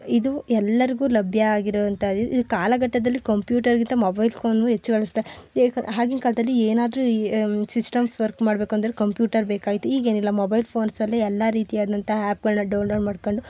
ಇದು ಎಲ್ಲರಿಗೂ ಲಭ್ಯ ಆಗಿರುವಂಥದ್ದು ಇದು ಕಾಲ ಘಟ್ಟದಲ್ಲಿ ಕಂಪ್ಯೂಟರ್ಗಿಂತ ಮೊಬೈಲ್ ಕೋನು ಹೆಚ್ಚು ಬಳಸ್ತಾರೆ ಆಗಿನ ಕಾಲದಲ್ಲಿ ಏನಾದ್ರೂ ಸಿಸ್ಟಮ್ಸ್ ವರ್ಕ್ ಮಾಡಬೇಕಂದ್ರೆ ಕಂಪ್ಯೂಟರ್ ಬೇಕಾಗಿತ್ತು ಈಗೇನಿಲ್ಲ ಮೊಬೈಲ್ ಫೋನ್ಸಲ್ಲೆ ಎಲ್ಲ ರೀತಿಯಾದಂಥ ಆ್ಯಪ್ಗಳನ್ನ ಡೌನ್ಲೋಡ್ ಮಾಡ್ಕೊಂಡು